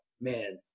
man